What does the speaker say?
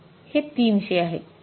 हे ३०० आहे